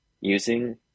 using